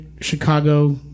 Chicago